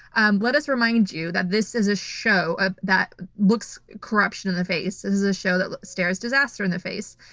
and let us remind you that this is a show ah that looks corruption in the face. this is a show that stares disaster in the face.